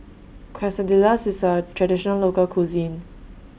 Quesadillas IS A Traditional Local Cuisine